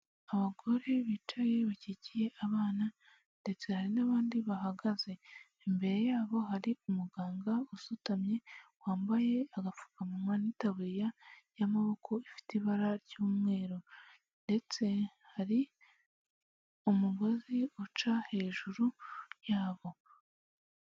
Abagore bicaye bakikiye abana ndetse hari n'abandi bahagaze imbere yabo, hari umuganga usutamye wambaye agapfukamunwa n'itaburiya y'amaboko ifite ibara ry'umweru ndetse hari umugozi uca hejuru y'abo.